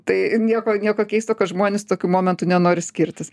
tai nieko nieko keisto kad žmonės tokiu momentu nenori skirtis